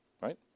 right